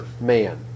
man